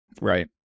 right